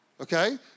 okay